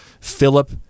Philip